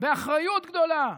באחריות גדולה,